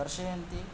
दर्शयन्ति